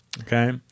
okay